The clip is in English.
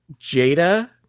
Jada